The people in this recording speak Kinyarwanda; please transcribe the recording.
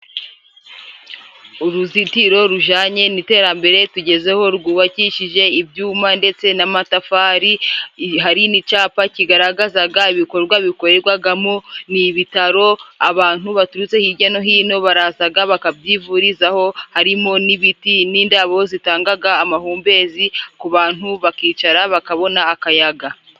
Uruzitiro rujanye n'iterambere tugezeho， rwubakishije ibyuma ndetse n'amatafari， hari n'icapa kigaragazaga ibikorwa bikorerwagamo， n'ibitaro abantu baturutse hirya no hino，barazaga bakabyivurizaho， harimo n'ibiti n'indabo zitangaga amahumbezi ku bantu， bakicara bakabona akayaga.